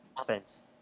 Offense